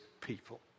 people